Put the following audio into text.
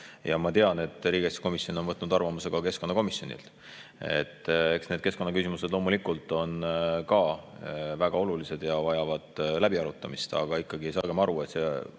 ja ma tean, et riigikaitsekomisjon on võtnud arvamuse ka keskkonnakomisjonilt. Need keskkonnaküsimused loomulikult on väga olulised ja vajavad läbiarutamist, aga saagem ikkagi aru, et selle